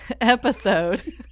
episode